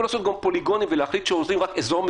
לעשות גם פוליגונים ולהחליט שעושים רק אזור מסוים,